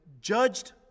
judged